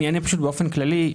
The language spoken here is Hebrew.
אני אענה באופן כללי.